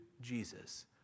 jesus